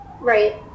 Right